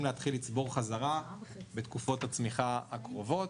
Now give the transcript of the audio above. להתחיל לצבור חזרה בתקופות הצמיחה הקרובות.